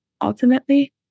Ultimately